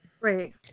Right